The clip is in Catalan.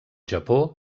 japó